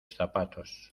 zapatos